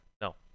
No